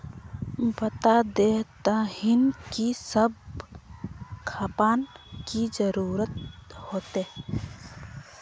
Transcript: बता देतहिन की सब खापान की जरूरत होते?